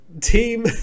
Team